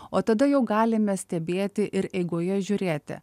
o tada jau galime stebėti ir eigoje žiūrėti